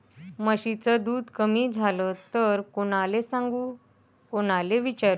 म्हशीचं दूध कमी झालं त कोनाले सांगू कोनाले विचारू?